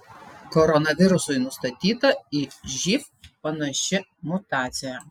koronavirusui nustatyta į živ panaši mutacija